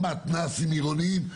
מתנ"סים עירוניים.